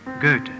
Goethe